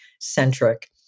centric